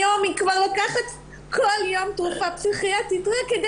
היום היא כבר לוקחת בכל יום תרופה פסיכיאטרית רק כדי